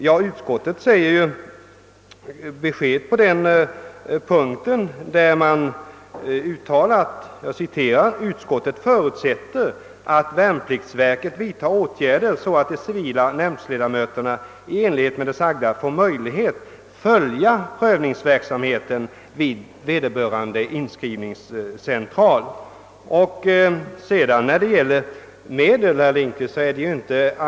Ja, utskottet lämnar besked på den punkten då det uttalar: »Utskottet förutsätter att värnpliktsverket vidtar åtgärder så att de civila nämndledamöterna i enlighet med det sagda får möjlighet följa prövningsverksamheten vid vederbörande inskrivningscentral.» Att anvisa medel är inte andra lagutskottets sak, utan det måste ingå i den uppgift som värnpliktsverket skall fullgöra.